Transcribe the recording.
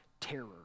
terror